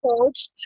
coach